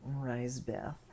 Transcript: Risebeth